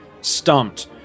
stumped